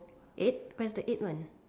eight where's the eight one